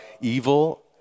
evil